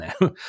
now